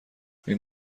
این